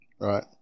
Right